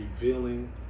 revealing